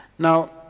Now